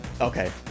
Okay